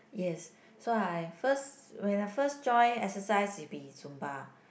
yes so I first when I first join exercise is be Zumba